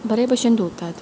बरे भशेन धुवतात